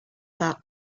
that